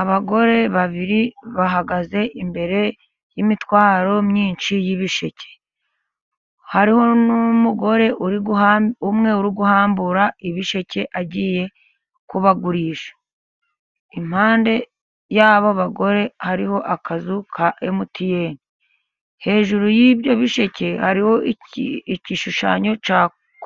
Abagore babiri bahagaze imbere y'imitwaro myinshi y'ibisheke. Hariho n'umugore umwe uri guhambura ibisheke agiye kubagurisha. Impande y'abo bagore hariho akazu ka MTN. Hejuru y'ibyo bisheke hariho igishushanyo cya